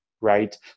right